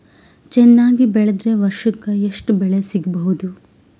ಚೆನ್ನಾಗಿ ಬೆಳೆದ್ರೆ ವರ್ಷಕ ಎಷ್ಟು ಬೆಳೆ ಸಿಗಬಹುದು?